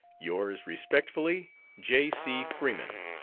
yours respectfully, j. c. freeman.